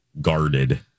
guarded